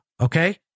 Okay